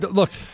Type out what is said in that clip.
look